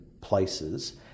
places